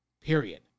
Period